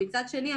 מצד שני,